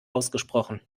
ausgesprochen